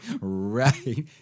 right